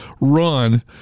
run